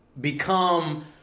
become